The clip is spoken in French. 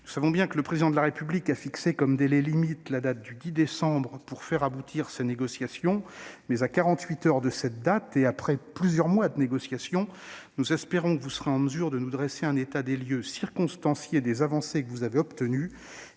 Nous savons bien que le Président de la République a fixé comme délai limite la date du 10 décembre pour faire aboutir ces négociations, mais, à quarante-huit heures de cette date et après plusieurs mois de négociation, nous espérons que vous serez en mesure de dresser pour nous un état des lieux circonstancié des avancées que vous avez obtenues